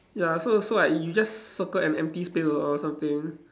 ya so so like you just circle an empty space or or something